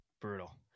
Brutal